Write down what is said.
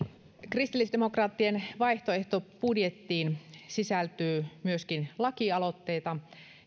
kristillisdemokraattien vaihtoehtobudjettiin sisältyy myöskin lakialoitteita